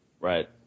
Right